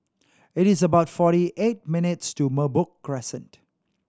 it is about forty eight minutes' to Merbok Crescent